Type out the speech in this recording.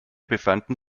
befanden